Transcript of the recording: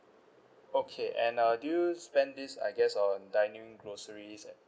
okay and uh do you spend this I guess on dining groceries